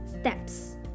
Steps